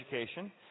education